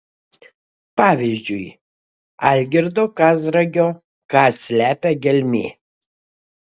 pavyzdžiui algirdo kazragio ką slepia gelmė